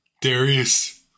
Darius